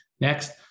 Next